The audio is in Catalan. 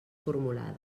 formulades